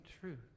truth